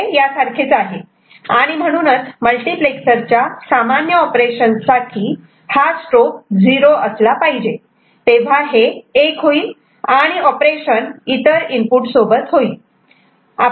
हे सारखेच आहे आणि म्हणूनच मल्टीप्लेक्सर च्या सामान्य ऑपरेशन साठी हा स्ट्रोब 0 असला पाहिजे तेव्हा हे 1 होईल आणि ऑपरेशन इतर इनपुट सोबत होईल